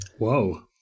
whoa